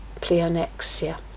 pleonexia